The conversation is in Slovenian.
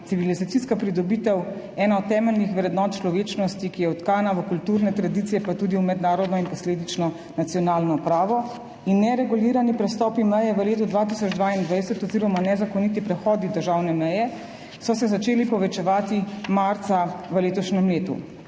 civilizacijska pridobitev, ena od temeljnih vrednot človečnosti, ki je vtkana v kulturne tradicije pa tudi v mednarodno in posledično nacionalno pravo. In neregulirani prestopi meje v letu 2022 oziroma nezakoniti prehodi državne meje so se začeli povečevati marca letošnjega leta.